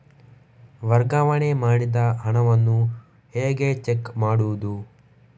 ವರ್ಗಾವಣೆ ಮಾಡಿದ ಹಣವನ್ನು ಹೇಗೆ ಚೆಕ್ ಮಾಡುವುದು?